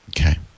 Okay